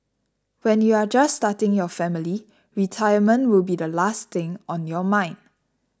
when you are just starting your family retirement will be the last thing on your mind